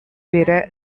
பிற